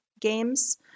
games